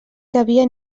cabia